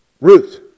Ruth